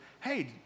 hey